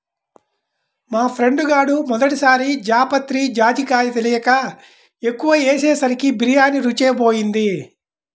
మా ఫ్రెండు గాడు మొదటి సారి జాపత్రి, జాజికాయ తెలియక ఎక్కువ ఏసేసరికి బిర్యానీ రుచే బోయింది